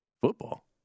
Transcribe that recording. football